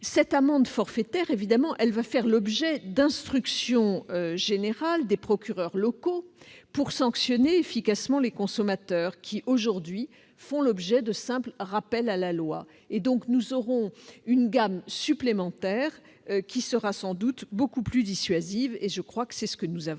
cette amende forfaitaire donnera lieu à une instruction générale des procureurs locaux pour sanctionner efficacement les consommateurs qui, aujourd'hui, font l'objet de simples rappels à la loi. Par conséquent, nous aurons une gamme supplémentaire, qui sera sans doute beaucoup plus dissuasive. Je crois que c'est ce que nous avons